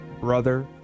brother